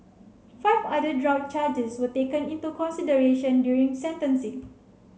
five other drug charges were taken into consideration during sentencing